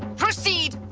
proceed!